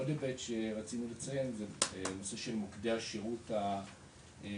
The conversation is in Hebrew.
עוד היבט שרצינו לציין זה נושא של מוקדי השירות המהירים,